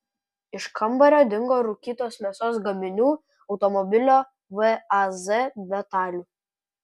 iš kambario dingo rūkytos mėsos gaminių automobilio vaz detalių